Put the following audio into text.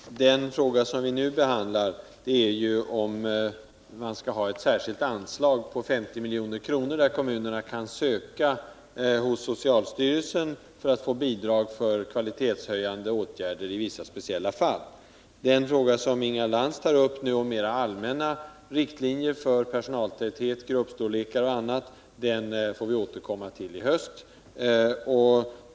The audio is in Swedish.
Herr talman! Den fråga som vi nu behandlar är om man skall ha ett särskilt anslag på 50 milj.kr., så att kommunerna skall kunna söka bidrag hos socialstyrelsen till särskilt kvalitetshöjande åtgärder i vissa speciella fall. De frågor som Inga Lantz tar upp om mera allmänna riktlinjer för personaltäthet, gruppstorlekar och annat får vi återkomma till i höst.